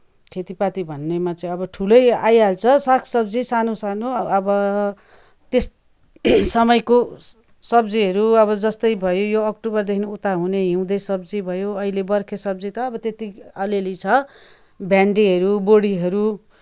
खेति पाती भन्नेमा चाहिँ अब ठुलै आइहाल्छ साग सब्जी सानो सानो अब त्यस समयको सब्जीहरू अब जस्तै भयो यो अक्टोबरदेखि उता हुने हिउँदे सब्जी भयो बर्खे सब्जी त अब त्यति अलिअलि छ भेन्डीहरू बोडीहरू